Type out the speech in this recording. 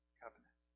covenant